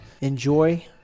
Enjoy